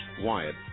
Wyatt